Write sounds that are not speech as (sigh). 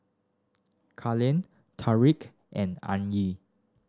Carlyn (unintelligible) and (unintelligible)